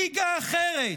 ליגה אחרת,